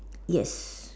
yes